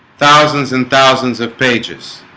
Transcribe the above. thousands and thousands of pages